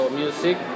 music